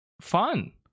Fun